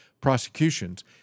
prosecutions